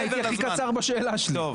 הייתי הכי קצר בשאלה שלי.